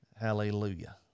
Hallelujah